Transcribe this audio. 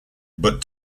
but